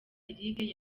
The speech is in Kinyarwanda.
eric